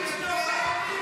לא.